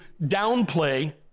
downplay